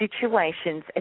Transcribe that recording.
situations